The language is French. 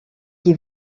qui